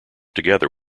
together